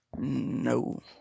No